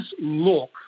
look